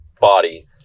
body